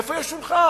איפה יש שולחן?